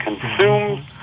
consumed